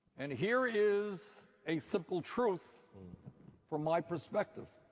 and here is a simple truth from my perspective.